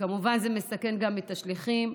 כמובן זה מסכן גם את השליחים.